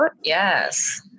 Yes